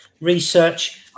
research